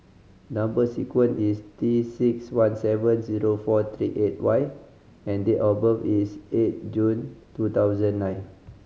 number sequence is T six one seven zero four three eight Y and date of birth is eight June two thousand and nine